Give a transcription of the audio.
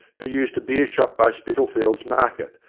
who used a beer-shop by spitalfields market,